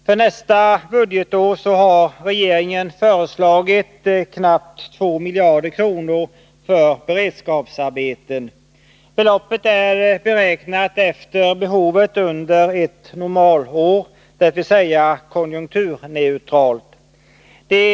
För nästa budgetår har regeringen föreslagit knappt 2 miljarder för beredskapsarbeten. Beloppet är beräknat efter behovet under ett normalår, dvs. ett konjunkturneutralt år.